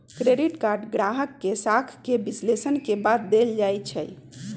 credit card गाहक के साख के विश्लेषण के बाद देल जाइ छइ